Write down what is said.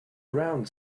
around